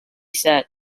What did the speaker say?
said